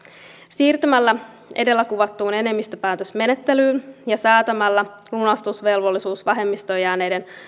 siirtymällä edellä kuvattuun enemmistöpäätösmenettelyyn ja säätämällä lunastusvelvollisuus vähemmistöön jääneille